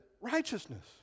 righteousness